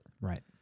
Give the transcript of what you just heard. Right